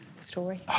story